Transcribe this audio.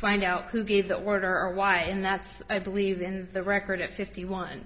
find out who gave the order or why and that's i believe in the record at fifty one